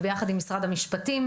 וביחד עם משרד המשפטים.